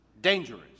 dangerous